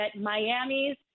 Miami's